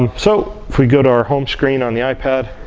um so if we go to our home screen on the ipad,